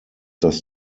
das